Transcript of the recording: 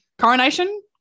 coronation